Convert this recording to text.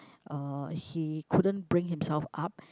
uh he couldn't bring himself up